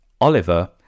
Oliver